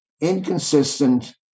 inconsistent